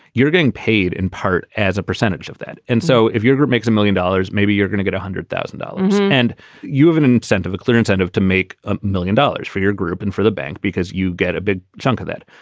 you're getting paid in part as a percentage of that. and so if your group makes a million dollars, maybe you're gonna get one hundred thousand dollars and you have an incentive, a clear incentive to make a million dollars for your group and for the bank because you get a big chunk of that.